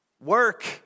Work